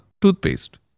toothpaste